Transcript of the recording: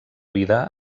vida